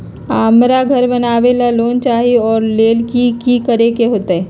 हमरा घर बनाबे ला लोन चाहि ओ लेल की की करे के होतई?